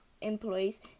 employees